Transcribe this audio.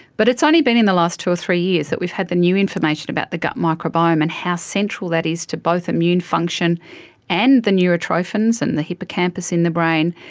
but it's only been in the last two or three years that we've had the new information about the gut microbiome and how central that is to both immune function and the neurotrophins and the hippocampus in the brain,